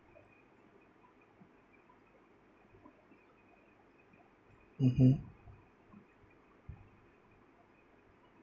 mmhmm